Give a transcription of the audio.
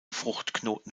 fruchtknoten